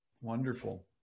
Wonderful